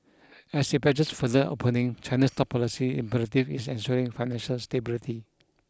as it pledges further opening China's top policy imperative is ensuring financial stability